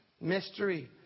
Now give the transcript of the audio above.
mystery